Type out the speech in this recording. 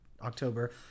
October